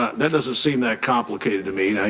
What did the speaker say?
that doesn't seem that complicated to me.